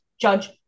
judge